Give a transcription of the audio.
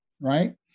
right